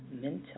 mental